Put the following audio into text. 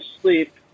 sleep